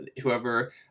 whoever